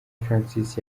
francis